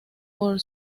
por